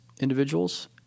individuals